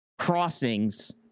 crossings